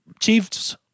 Chiefs